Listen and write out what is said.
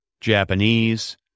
japanese